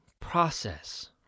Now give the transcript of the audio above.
process